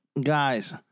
guys